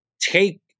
take